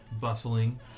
bustling